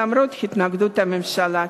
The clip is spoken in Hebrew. למרות התנגדות הממשלה.